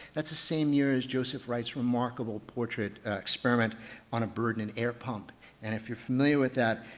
that's the same year as joseph wright's remarkable portrait experiment on a bird in an air-pump and if you're familiar with that,